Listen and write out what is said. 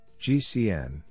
GCN